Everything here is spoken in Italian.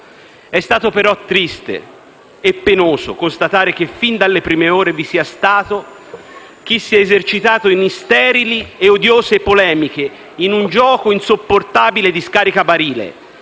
È stato però triste e penoso constatare che, fin dalle prime ore, vi sia stato chi si è esercitato in sterili e odiose polemiche, in un gioco insopportabile di scaricabarile,